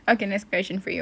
okay next question for you